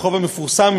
הרחוב המפורסם,